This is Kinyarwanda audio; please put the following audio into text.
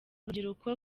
rubyiruko